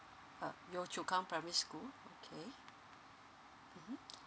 uh yio chu kang primary school okay mmhmm